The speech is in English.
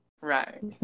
right